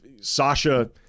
Sasha